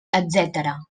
etcètera